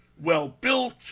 well-built